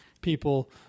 people